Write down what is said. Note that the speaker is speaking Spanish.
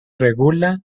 regula